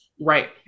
Right